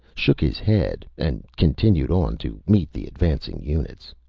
shook his head and continued on to meet the advancing units.